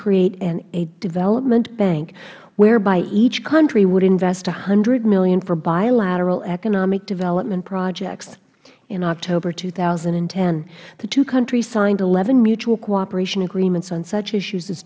create a development bank whereby each country would invest one hundred dollars million for bilateral economic development projects in october two thousand and ten the two countries signed eleven mutual cooperation agreements on such issues